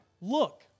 look